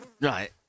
Right